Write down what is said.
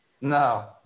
No